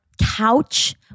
couch